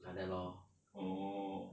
like that lor